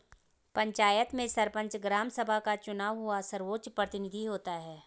पंचायत में सरपंच, ग्राम सभा का चुना हुआ सर्वोच्च प्रतिनिधि होता है